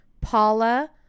Paula